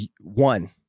one